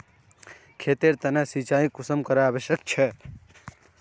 खेतेर तने सिंचाई कुंसम करे आवश्यक छै?